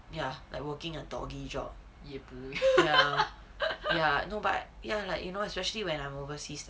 ya like working a doggy job you know ya ya but like you know especially when I'm overseas that